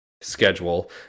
schedule